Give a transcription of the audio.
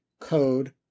code